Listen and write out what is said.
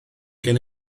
gen